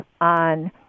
on